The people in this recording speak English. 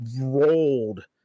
rolled